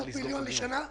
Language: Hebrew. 500 מיליון שקל לשנה,